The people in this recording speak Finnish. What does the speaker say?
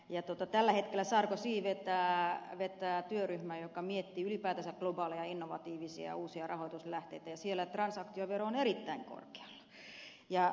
ja tällä hetkellä sarkozy vetää työryhmää joka miettii ylipäätänsä globaaleja innovatiivisia uusia rahoituslähteitä ja siellä transaktiovero on erittäin korkealla